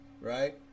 right